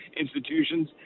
institutions